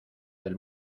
del